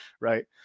Right